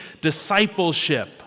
discipleship